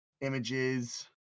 Images